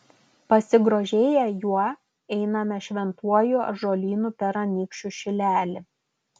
pasigrožėję juo einame šventuoju ąžuolynu per anykščių šilelį